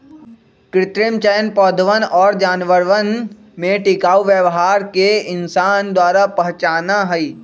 कृत्रिम चयन पौधवन और जानवरवन में टिकाऊ व्यवहार के इंसान द्वारा पहचाना हई